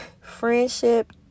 friendship